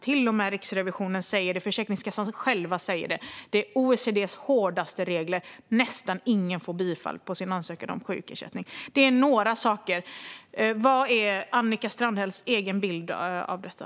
Till och med Riksrevisionen säger detta, och Försäkringskassan själv säger det. Det är OECD:s hårdaste regler: Nästan ingen får bifall på sin ansökan om sjukersättning. Detta var några saker. Vad är Annika Strandhälls egen bild av detta?